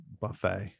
buffet